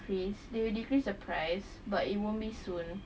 decrease they will decrease the price but it won't be soon